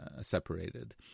separated